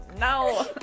No